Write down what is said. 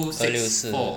二六四